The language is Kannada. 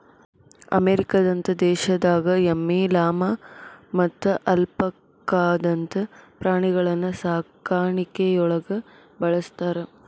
ಅಮೇರಿಕದಂತ ದೇಶದಾಗ ಎಮ್ಮಿ, ಲಾಮಾ ಮತ್ತ ಅಲ್ಪಾಕಾದಂತ ಪ್ರಾಣಿಗಳನ್ನ ಸಾಕಾಣಿಕೆಯೊಳಗ ಬಳಸ್ತಾರ